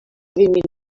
vint